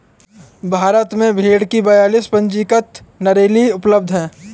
भारत में भेड़ की बयालीस पंजीकृत नस्लें उपलब्ध हैं